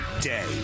day